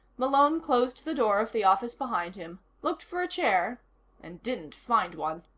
malone closed the door of the office behind him, looked for a chair and didn't find one.